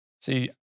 See